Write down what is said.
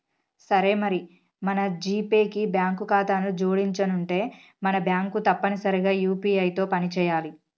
సరే మరి మన జీపే కి బ్యాంకు ఖాతాను జోడించనుంటే మన బ్యాంకు తప్పనిసరిగా యూ.పీ.ఐ తో పని చేయాలి